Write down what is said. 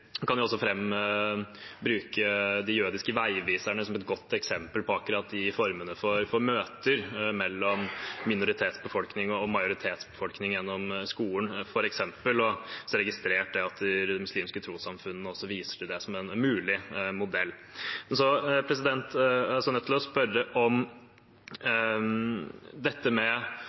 kan også bruke de jødiske veiviserne som et godt eksempel på akkurat de formene for møter mellom minoritetsbefolkning og majoritetsbefolkning gjennom skolene, f.eks. Jeg har også registrert at de muslimske trossamfunnene har vist til det som en mulig modell. Jeg er også nødt til å spørre om